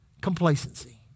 complacency